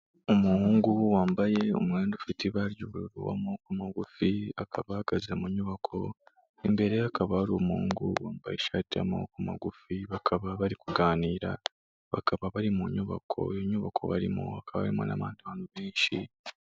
Umuhungu wambaye umwenda ufite ibara ry'ubururu w'amaboko mugufi, akaba ahagaze mu nyubako, imbere ye hakaba hari umuhungu wambaye ishati y'amaboko magufi bakaba bari kuganira, bakaba bari mu nyubako, iyo nyubako barimo hakaba harimo n'abandi bantu benshi.